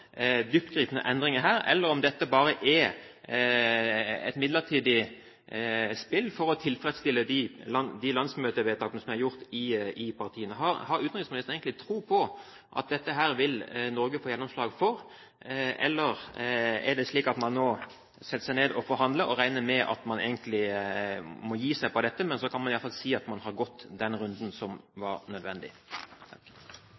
eller er dette bare et midlertidig spill for å tilfredsstille de landsmøtevedtakene som er gjort i partiene? Har utenriksministeren egentlig tro på at Norge vil få gjennomslag for dette? Eller er det slik at man nå setter seg ned og forhandler og regner med at man egentlig må gi seg på dette, men at man så kan si at man har gått denne runden, som